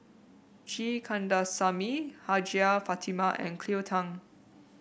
G Kandasamy Hajjah Fatimah and Cleo Thang